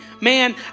man